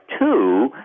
two